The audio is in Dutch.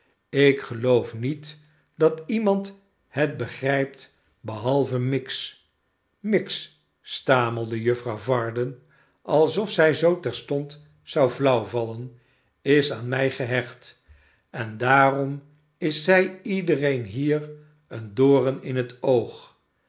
ik geloof niet dat iemand het begrijpt behalve miggs miggs stamelde juffrouw varden alsof zij zoo terstond zou flauw vallen is aan mij gehecht en daarom is zij iedereen hier een doren in het oog